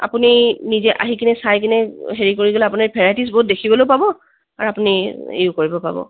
আপুনি নিজে আহি কিনে চাই কিনে হেৰি কৰি গ'লে আপুনি ভেৰাইটিজবোৰ দেখিবলেও পাব আৰু আপুনি এইয়ো কৰিব পাব